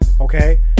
okay